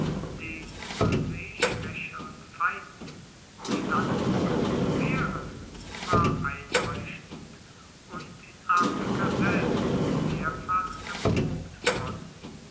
den zur see schwaecheren feinden die landung zu wehren war einleuchtend und in afrika selbst mehrfach erprobt worden